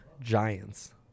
Giants